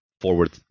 forward